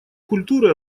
культуры